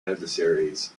adversaries